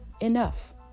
Enough